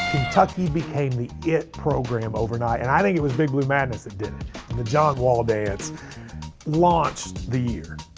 kentucky became the it program overnight, and i think it was big blue madness. it didn't the john wall dance launch the year.